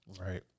Right